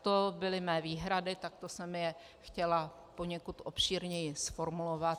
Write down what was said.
To byly mé výhrady, takto jsem je chtěla poněkud obšírněji zformulovat.